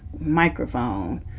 microphone